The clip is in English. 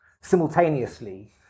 simultaneously